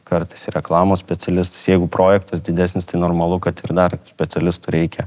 kartais reklamos specialistas jeigu projektas didesnis tai normalu kad ir dar specialistų reikia